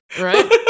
right